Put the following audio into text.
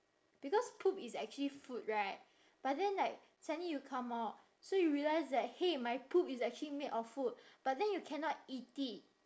because poop is actually food right but then like suddenly you come out so you realise that !hey! my poop is actually made of food but then you cannot eat it